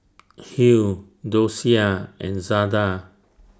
Hill Docia and Zada